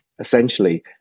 Essentially